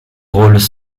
rôles